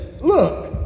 Look